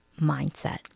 mindset